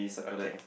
okay